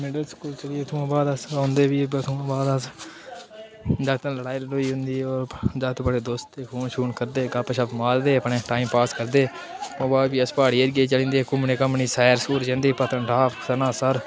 middle school चली गे उत्थुआं बाद अस औंदे बी उत्थुआं बाद अस जागतें ने लड़ाई लड़ूई होंदी जागत बड़े दोस्त हे फोन शोन करदे हे गपशप मारदे अपने टाईम पास करदे ओह्दे बाद भी अस प्हाड़ी एरिये चली जंदे हे घुम्मने घाम्मने सैर सूर जंदे हे पत्नीटाप सनासर